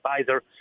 advisor